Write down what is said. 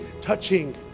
touching